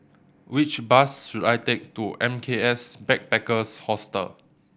which bus should I take to M K S Backpackers Hostel